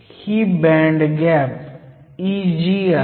ही band gap Eg आहे